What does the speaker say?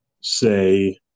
say